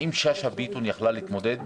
האם שאשא ביטון יכלה להתמודד?